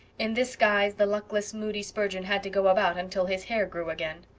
in this guise the luckless moody spurgeon had to go about until his hair grew again.